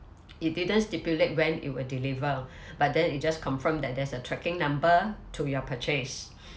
it didn't stipulate when it would deliver but then it just confirm that there's a tracking number to your purchase